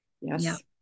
Yes